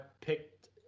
picked